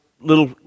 little